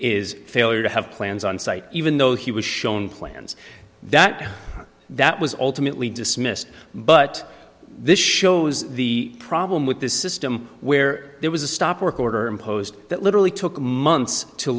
is failure to have plans on site even though he was shown plans that that was ultimately dismissed but this shows the problem with this system where there was a stop work order imposed that literally took months to